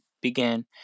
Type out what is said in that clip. began